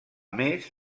més